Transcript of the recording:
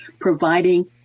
providing